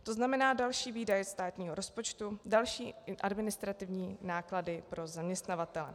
To znamená další výdaje státního rozpočtu, další administrativní náklady pro zaměstnavatele.